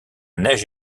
neige